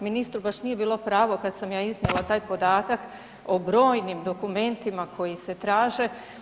Ministru baš nije bilo pravo kad sam ja iznijela taj podatak o brojnim dokumentima koji se traže.